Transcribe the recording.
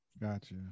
gotcha